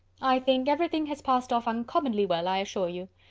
i think every thing has passed off uncommonly well, i assure you.